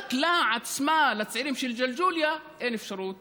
ורק לה עצמה, לצעירים של ג'לג'וליה, אין אפשרות